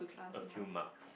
a few marks